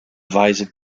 weise